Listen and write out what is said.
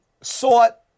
sought